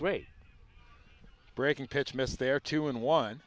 great breaking pitch missed their two in one